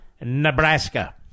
Nebraska